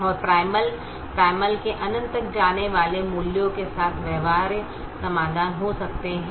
और primal primal में अनंत तक जाने वाले मूल्यों के साथ व्यवहार्य समाधान हो सकते हैं